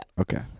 okay